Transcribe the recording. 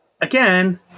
Again